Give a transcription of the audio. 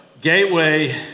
Gateway